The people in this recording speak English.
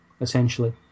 essentially